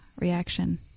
reaction